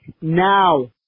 now